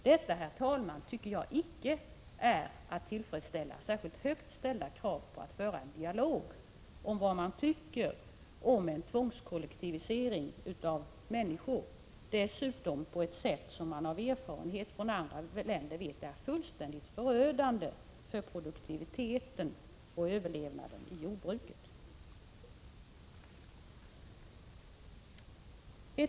Detta, herr talman, anser jag inte vara att tillfredsställa några särskilt högt ställda krav när det gäller att föra en dialog om vad människorna tycker om en tvångskollektivisering, som dessutom sker på ett sätt som man genom erfarenheter från andra länder vet är fullständigt förödande för produktiviteten och överlevnaden i jordbruket.